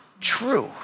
true